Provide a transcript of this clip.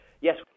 Yes